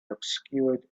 obscured